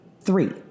Three